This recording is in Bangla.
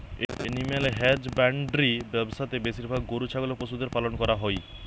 এনিম্যাল হ্যাজব্যান্ড্রি ব্যবসা তে বেশিরভাগ গরু ছাগলের পশুদের পালন করা হই